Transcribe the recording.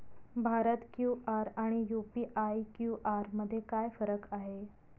Bharat QR आणि UPI QR मध्ये काय फरक आहे?